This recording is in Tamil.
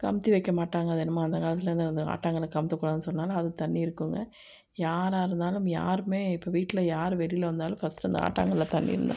கமிழ்த்தி வைக்க மாட்டாங்க அது என்னமோ அந்த காலத்திலேர்ந்து அந்த ஆட்டாங்கல்லை கமுழ்த்த கூடாதுன்னு சொன்னதால அது தண்ணி இருக்குங்க யாராக இருந்தாலும் யாரும் இப்போ வீட்டில் யார் வெளியில் வந்தாலும் ஃபர்ஸ்ட் இந்த ஆட்டாங்கல்லை தள்ளிடணும்